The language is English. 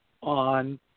on